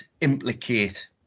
implicate